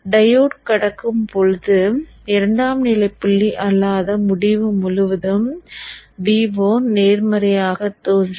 diode கடக்கும் பொழுது இரண்டாம் நிலை புள்ளி அல்லாத முடிவு முழுவதும் Vo நேர்மறையாகத் தோன்றும்